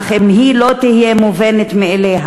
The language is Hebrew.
/ אך אם היא לא תהיה מובנת מאליה,